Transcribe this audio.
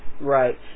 Right